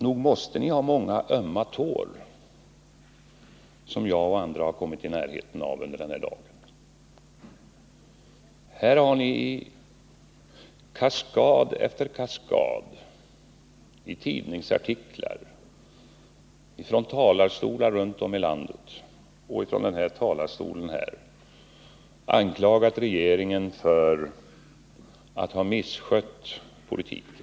Nog måste ni ha många ömma tår, som jag och andra kommit i närheten av under den här dagen. Här har ni i kaskad efter kaskad, i tidningsartiklar, från talarstolar runt om i landet och från den här talarstolen anklagat regeringen för att den har misskött politiken.